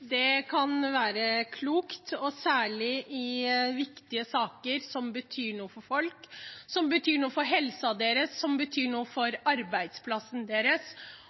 Omkamper kan være klokt, særlig i viktige saker, som betyr noe for folk – som betyr noe for helsen deres, og som betyr noe for arbeidsplassen deres.